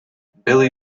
billy